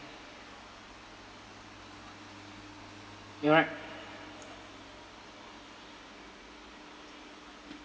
you're right